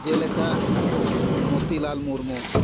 ᱡᱮᱞᱮᱠᱟ ᱢᱩᱛᱤᱞᱟᱞ ᱢᱩᱨᱢᱩ